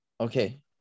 okay